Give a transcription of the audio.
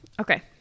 Okay